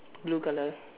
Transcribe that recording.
blue colour